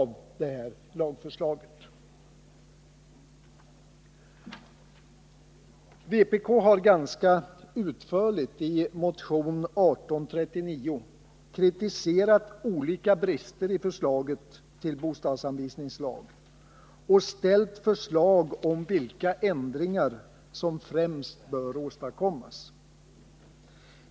Vpk har ganska utförligt i motion 1839 kritiserat olika brister i förslaget till bostadsanvisningslag och ställt förslag om vilka ändringar som främst bör åstadkommas.